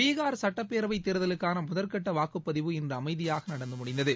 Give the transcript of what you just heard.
பீனா் சட்டப்பேரவைத் தேர்தலுக்னா முதற்கட்ட வாக்குப்பதிவு இன்று அமைதியாக நடந்து முடிந்தது